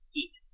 eat